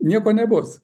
nieko nebus